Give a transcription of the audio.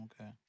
Okay